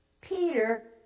Peter